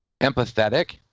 empathetic